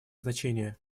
значение